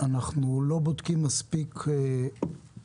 אנחנו לא בודקים מספיק בצפון,